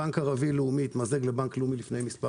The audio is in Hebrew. בנק ערבי לאומי התמזג לבנק לאומי לפני מספר